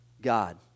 God